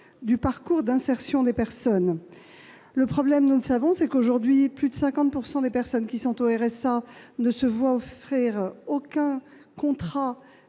du parcours d'insertion des personnes. Le problème, nous le savons, est qu'aujourd'hui plus de 50 % des allocataires du RSA ne se voient proposer aucun contrat